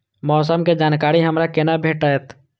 मौसम के जानकारी हमरा केना भेटैत?